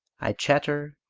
i chatter,